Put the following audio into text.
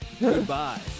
Goodbye